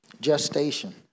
Gestation